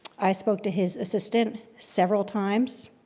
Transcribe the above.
i spoke to his assistant several times.